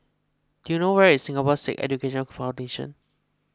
do you know where is Singapore Sikh Education Foundation